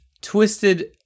twisted